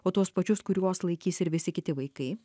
o tuos pačius kuriuos laikys ir visi kiti vaikai